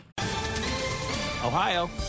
Ohio